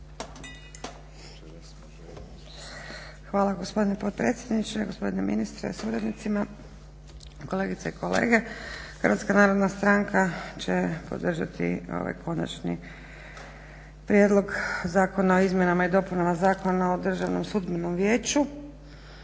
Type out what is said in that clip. Hvala gospodine potpredsjedniče. Gospodine ministre sa suradnicima, kolegice i kolege. HNS će podržati ovaj Konačni prijedlog zakona o izmjenama i dopuna Zakona o Državnom sudbenom vijeću.